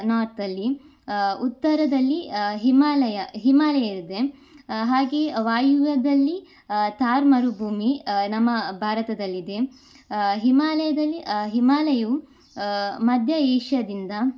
ನಾರ್ತಲ್ಲಿ ಉತ್ತರದಲ್ಲಿ ಹಿಮಾಲಯ ಹಿಮಾಲಯ ಇದೆ ಹಾಗೆ ವಾಯುವ್ಯದಲ್ಲಿ ಥಾರ್ ಮರುಭೂಮಿ ನಮ್ಮ ಭಾರತದಲ್ಲಿದೆ ಹಿಮಾಲಯದಲ್ಲಿ ಹಿಮಾಲಯವು ಮಧ್ಯ ಏಷ್ಯಾದಿಂದ